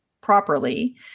properly